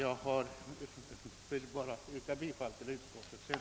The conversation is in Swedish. Jag yrkar bifall till utskottets hemställan.